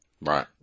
Right